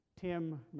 Tim